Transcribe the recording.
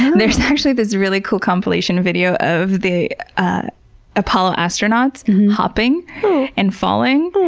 there's actually this really cool compilation video of the ah apollo astronauts hopping and falling,